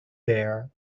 there